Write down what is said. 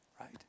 right